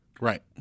Right